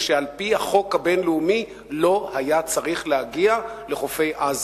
ושעל-פי החוק הבין-לאומי לא היתה צריכה להגיע לחופי עזה.